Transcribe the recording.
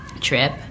trip